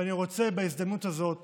אני רוצה בהזדמנות הזאת